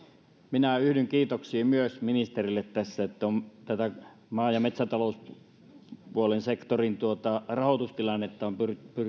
minä myös yhdyn kiitoksiin ministerille siinä että tätä maa ja metsätalouspuolen sektorin rahoitustilannetta on